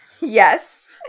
Yes